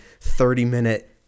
30-minute